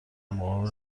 مقابل